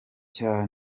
cya